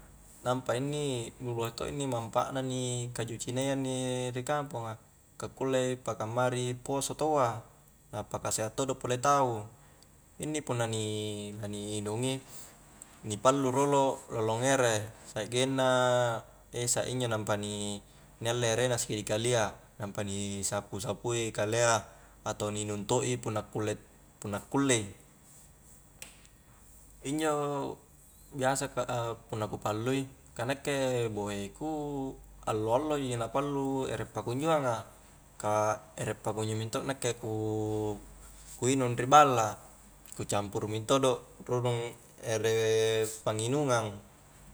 Nampa inni nu lohe to inni manpaat na inni kaju cinayya inni ri kamponga ka kulle paka ammari poso taua appaka seha' todo pole tau inni punna ni lani inung i ni pallu rolo lollong ere sakgenna esak injo nampa ni alle ere na sikidi kalia nampa ni sapu-sapu i kalea atau ni inung to'i punna kule- punna kulle i injo biasa ka a punna ku pallu i ka nakke bohe ku allo allo ji injo na pallu ere pakunjoanga ka ere pakunjo mento nakke ku inung ri balla a ku campur mentodo rurung ere panginungang